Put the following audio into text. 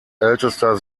ältester